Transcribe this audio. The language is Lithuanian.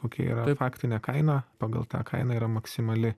kokia yra faktinė kaina pagal tą kainą yra maksimali